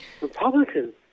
Republicans